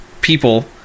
people